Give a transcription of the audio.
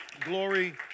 Glory